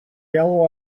yellow